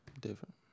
different